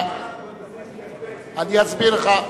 בשביל מה מבזבזים כספי ציבור, אני אסביר לך,